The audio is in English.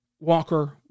Walker